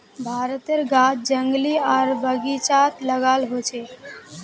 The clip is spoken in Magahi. भारतेर गाछ जंगली आर बगिचात लगाल होचे